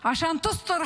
(אומרת דברים בשפה הערבית,